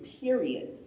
period